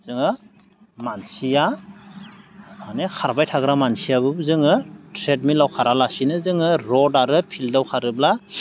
जोङो मानसिया माने खारबाय थाग्रा मानसियाबो जोङो ट्रेडमिलाव खारालासिनो जोङो रड आरो फिल्डआव खारोब्ला